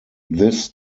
this